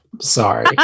sorry